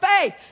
faith